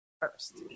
first